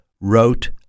wrote